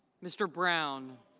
mr. brown.